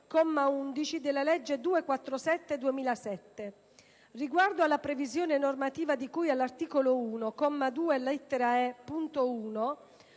comma 11, della legge n. 247 del 2007. Riguardo alla previsione normativa di cui all'articolo 1, comma 2, lettera *e)*, punto